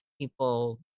people